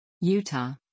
Utah